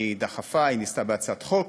היא דחפה, היא ניסתה בהצעת חוק.